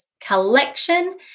collection